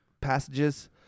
passages